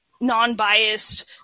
non-biased